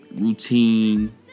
routine